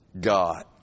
God